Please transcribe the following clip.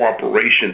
cooperation